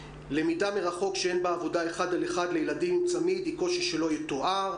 למידה מרחוק שאין בה עבודה אחד על אחד לילדים צמי"ד היא קושי שלא יתואר.